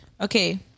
Okay